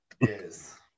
Yes